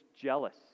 jealous